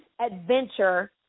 adventure